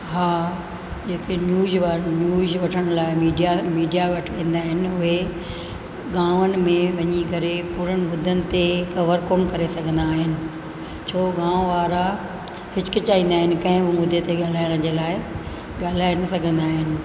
हा JK news वारा news वठण लाइ मीडिया मीडिया वटि वेंदा आहिनि उहे गामनि में वञी करे पूरनि मुदनि ते कवर कोन करे सघंदा आहिनि छो गाम वारा हिचकिचाईंदा आहिनि कंहिं बि मुदे ते ॻाल्हाइण जे लाइ ॻाल्हाए न सघंदा आहिनि